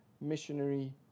missionary